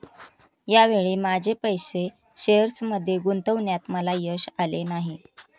या वेळी माझे पैसे शेअर्समध्ये गुंतवण्यात मला यश आले नाही